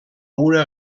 una